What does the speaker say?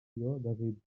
desitgen